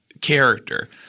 character